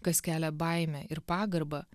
kas kelia baimę ir pagarbą